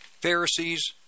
Pharisees